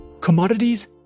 Commodities